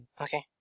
Okay